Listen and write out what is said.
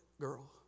girl